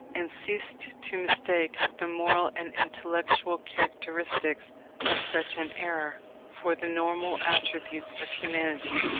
and ceased to mistake the moral and intellectual characteristics of such an era, for the normal attributes of humanity.